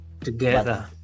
together